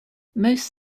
most